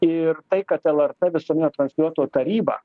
ir tai kad lrt visuomeninio transliuotojo tarybą